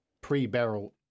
pre-barrel